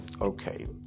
Okay